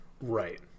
Right